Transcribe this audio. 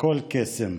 הכול קסם.